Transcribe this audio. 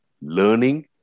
learning